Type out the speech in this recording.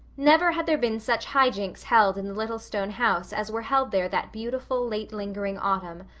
never had there been such high jinks held in the little stone house as were held there that beautiful, late-lingering autumn,